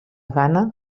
gana